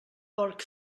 porc